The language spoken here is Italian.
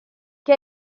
che